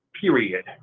period